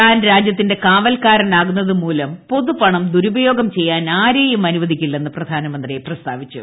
താൻ രാജ്യത്തിന്റെ കാവൽക്കാരൻ ആകുന്നതുമൂലം പൊതുപണം ദുരുപയോഗം ചെയ്യാൻ ആരേയും അനുവദിക്കില്ലെന്ന് പ്രധാനമന്ത്രി പ്രസ്താവിച്ചു